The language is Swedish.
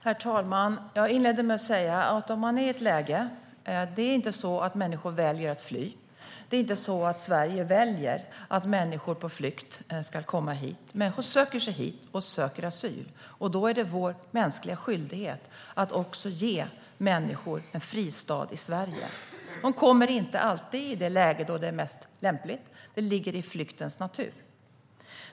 Herr talman! Jag inledde med att säga något. Det är inte så att människor väljer att fly. Det är inte så att Sverige väljer att människor på flykt ska komma hit. Människor söker sig hit och söker asyl. Då är det vår mänskliga skyldighet att ge människor en fristad i Sverige. De kommer inte alltid i det läge då det är mest lämpligt. Det ligger i flyktens natur.